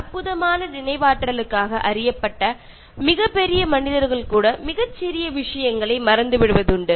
സാധാരണഗതിയിൽ വളരെ നല്ല ഓർമശക്തി ഉള്ള പല വ്യക്തികളും ചെറിയ പല കാര്യങ്ങളും മറന്നു പോകാറുണ്ട്